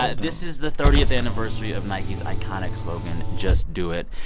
ah this is the thirtieth anniversary of nike's iconic slogan just do it.